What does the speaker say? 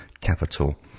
capital